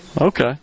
Okay